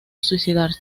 suicidarse